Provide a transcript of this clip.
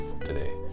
today